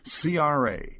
CRA